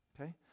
Okay